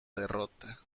derrota